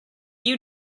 you